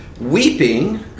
weeping